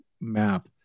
map